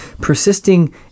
Persisting